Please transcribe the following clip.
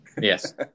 yes